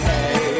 Hey